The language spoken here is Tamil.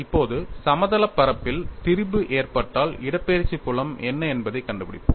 இப்போது சமதள பரப்பில் திரிபு ஏற்பட்டால் இடப்பெயர்ச்சி புலம் என்ன என்பதை கண்டுபிடிப்போம்